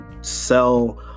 sell